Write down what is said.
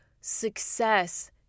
success